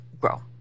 grow